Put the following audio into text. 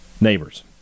Neighbors